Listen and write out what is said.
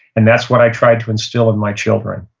and that's what i tried to instill in my children.